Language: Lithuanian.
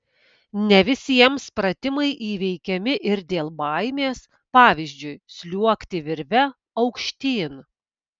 ne visiems pratimai įveikiami ir dėl baimės pavyzdžiui sliuogti virve aukštyn